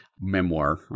memoir